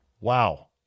Wow